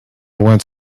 went